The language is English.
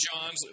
John's